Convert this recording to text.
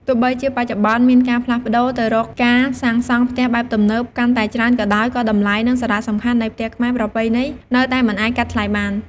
ទោះបីជាបច្ចុប្បន្ន មានការផ្លាស់ប្តូរទៅរកការសាងសង់ផ្ទះបែបទំនើបកាន់តែច្រើនក៏ដោយ ក៏តម្លៃ និងសារៈសំខាន់នៃផ្ទះខ្មែរប្រពៃណីនៅតែមិនអាចកាត់ថ្លៃបាន។